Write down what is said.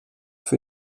für